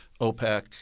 OPEC